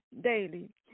daily